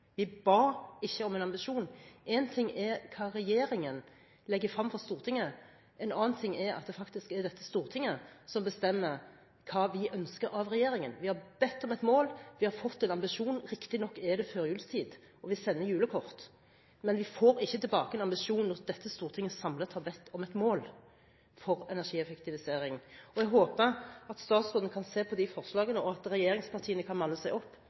Vi ba ikke om en ambisjon. En ting er hva regjeringen legger frem for Stortinget, en annen ting er at det faktisk er dette Stortinget som bestemmer hva vi ønsker av regjeringen. Vi har bedt om et mål, vi har fått en ambisjon. Riktignok er det førjulstid, og vi sender julekort, men vi vil ikke ha tilbake en ambisjon når det Stortinget samlet har bedt om, er et mål for energieffektivisering. Jeg håper at statsråden kan se på forslagene, og at regjeringspartiene kan manne seg opp